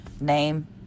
name